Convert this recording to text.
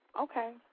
Okay